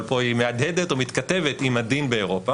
אבל פה היא מהדהדת או מתכתבת עם הדין באירופה,